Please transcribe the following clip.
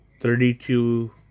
thirty-two